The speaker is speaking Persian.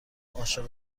عاشق